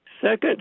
second